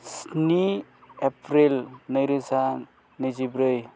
स्नि एप्रिल नैरोजा नैजिब्रै